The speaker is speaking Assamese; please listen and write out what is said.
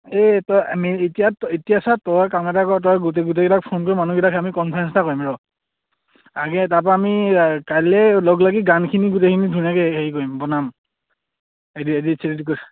এই তই আমি এতিয়া এতিয়া চা তই কাম এটা কৰ তই গোটেই গোটেইকেইটাক ফোন কৰি মানুহকেইটাক আমি কনফাৰেঞ্চ এটা কৰিম ৰহ আগে তাৰপৰা আমি কাইলৈ লগলাগি গানখিনি গোটেইখিনি ধুনীয়াকৈ হেৰি কৰিম বনাম এডি এডিট চেডিট কৰি